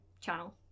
channel